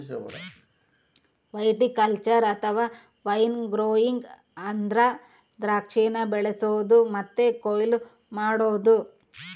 viticulture ಅಥವಾ wine growing ಅಂದ್ರ ದ್ರಾಕ್ಷಿನ ಬೆಳಿಸೊದು ಮತ್ತೆ ಕೊಯ್ಲು ಮಾಡೊದು